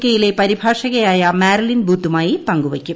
K യിലെ പരിഭാഷകയായ Marilyn ബൂത്തുമായി പങ്കുവയ്ക്കും